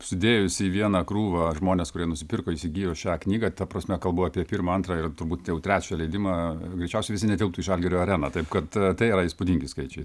sudėjus į vieną krūvą žmones kurie nusipirko įsigijo šią knygą ta prasme kalbu apie pirmą antrą ir turbūt jau trečią leidimą greičiausiai visi netilptų į žalgirio areną taip kad tai yra įspūdingi skaičiai